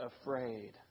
afraid